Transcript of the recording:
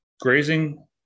grazing